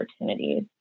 opportunities